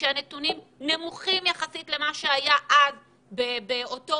כשהנתונים נמוכים יחסית למה שהיה אז באוגוסט,